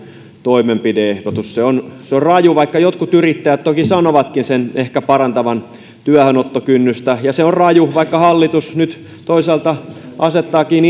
toimenpide ehdotus se on se on raju vaikka jotkut yrittäjät toki sanovatkin sen ehkä parantavan työhönottokynnystä ja se on raju vaikka hallitus nyt toisaalta asettaakin